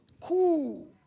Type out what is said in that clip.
Cool